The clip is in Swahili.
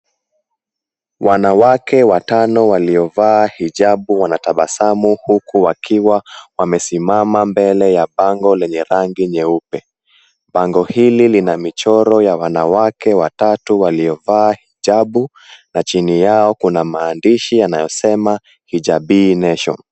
Wanawake watano waliovaa hijabu wanatabasamu huku wakiwa wamesimama mbele ya bango lenye rangi nyeupe. Bango hili lina michoro ya wanawake watatu waliovaa hijabu na chini yao kuna maandishi yanayosema, "Hijabee Nation".